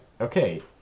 okay